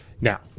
Now